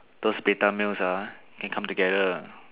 those beta males ah can come together